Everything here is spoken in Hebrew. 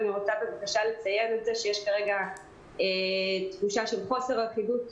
יש כרגע תחושה של חוסר אחידות,